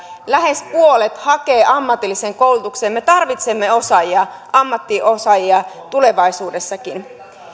lähes puolet hakee ammatilliseen koulutukseen me tarvitsemme osaajia ammattiosaajia tulevaisuudessakin